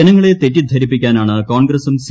ജനങ്ങളെ തെറ്റിദ്ധരിപ്പിക്കാനാണ് കോൺഗ്രസും സി